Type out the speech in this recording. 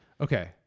Okay